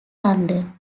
london